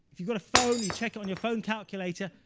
if you've got a phone, you check it on your phone calculator,